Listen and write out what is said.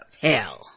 Hell